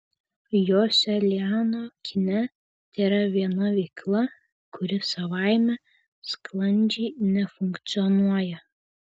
joselianio kine tėra viena veikla kuri savaime sklandžiai nefunkcionuoja